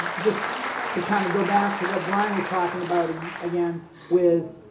just to kind of go back to what brian was talking about again with,